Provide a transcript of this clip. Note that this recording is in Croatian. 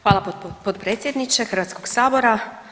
Hvala potpredsjedniče Hrvatskog sabora.